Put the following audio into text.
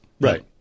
Right